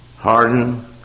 Harden